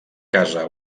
casa